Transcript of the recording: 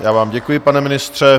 Já vám děkuji, pane ministře.